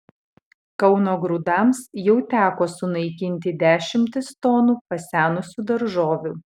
kauno grūdams jau teko sunaikinti dešimtis tonų pasenusių daržovių